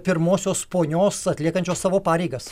pirmosios ponios atliekančios savo pareigas